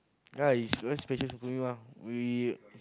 right it's special to follow you ah we